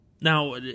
Now